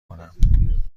کنم